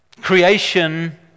Creation